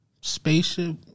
Spaceship